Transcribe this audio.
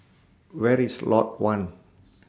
Where IS Lot one